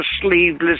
sleeveless